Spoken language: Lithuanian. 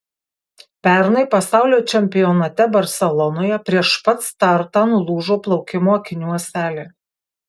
pernai pasaulio čempionate barselonoje prieš pat startą nulūžo plaukimo akinių ąselė